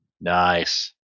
Nice